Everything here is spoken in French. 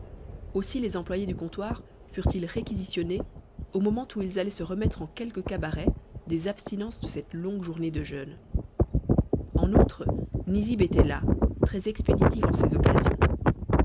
aussi les employés du comptoir furent-ils réquisitionnés au moment où ils allaient se remettre en quelque cabaret des abstinences de cette longue journée de jeûne en outre nizib était là très expéditif en ces occasions